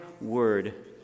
word